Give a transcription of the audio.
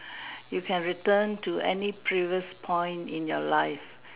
you can return to any previous point in your life